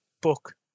book